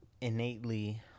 innately